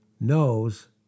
knows